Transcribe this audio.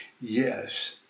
yes